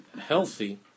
healthy